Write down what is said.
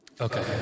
Okay